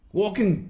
walking